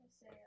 say